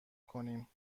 کنیم